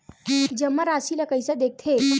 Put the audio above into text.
जमा राशि ला कइसे देखथे?